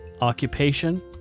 occupation